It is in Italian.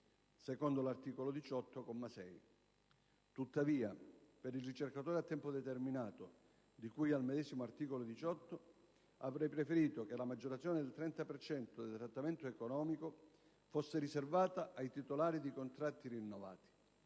secondo l'articolo 18, comma 6. Tuttavia, per il ricercatore a tempo determinato, di cui al medesimo articolo 18, avrei preferito che la maggiorazione del 30 per cento del trattamento economico fosse riservata ai titolari di contratti rinnovati,